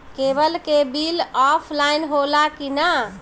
Cable के bill offline होला कि ना?